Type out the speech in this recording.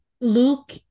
Luke